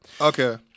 Okay